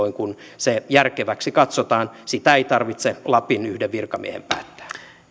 silloin kun se järkeväksi katsotaan sitä ei tarvitse lapin yhden virkamiehen päättää